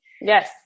Yes